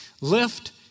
lift